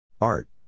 art